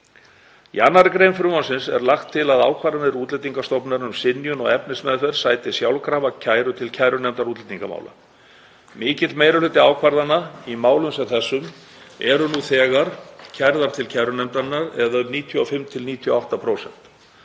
Í 2. gr. frumvarpsins er lagt til að ákvarðanir Útlendingastofnunar um synjun á efnismeðferð sæti sjálfkrafa kæru til kærunefndar útlendingamála. Mikill meiri hluti ákvarðana í málum sem þessum er nú þegar kærður til kærunefndarinnar, eða um 95–8%